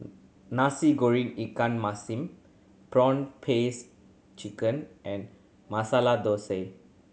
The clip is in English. Nasi Goreng ikan masin prawn paste chicken and Masala Thosai